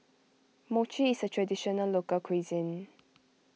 Mochi is a Traditional Local Cuisine